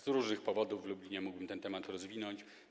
Z różnych powodów w Lublinie, mógłbym ten temat rozwinąć.